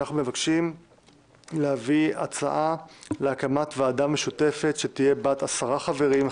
אנחנו מבקשים להביא הצעה להקמת ועדה משותפת שתהיה בת עשרה חברים,